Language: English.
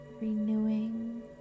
renewing